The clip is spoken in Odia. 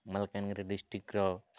ମାଲକାନଗିରି ଡିଷ୍ଟ୍ରିକ୍ଟର